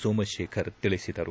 ಸೋಮಶೇಖರ್ ತಿಳಿಸಿದರು